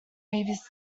previous